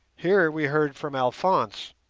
here we heard from alphonse,